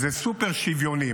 זה סופר-שוויוני.